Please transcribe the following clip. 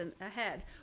ahead